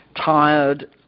tired